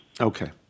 Okay